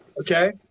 okay